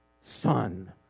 Son